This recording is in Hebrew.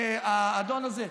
האדון הזה,